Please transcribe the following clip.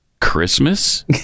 Christmas